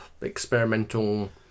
experimental